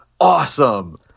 awesome